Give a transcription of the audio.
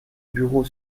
bureau